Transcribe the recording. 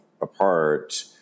apart